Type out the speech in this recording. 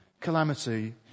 calamity